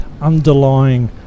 underlying